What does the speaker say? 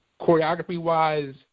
choreography-wise